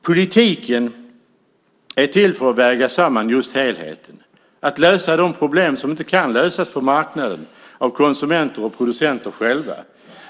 Politiken är till för att väga samman just helheten, att lösa de problem som inte kan lösas på marknaden av konsumenter och producenter själva.